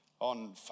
on